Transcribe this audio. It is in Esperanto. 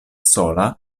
sola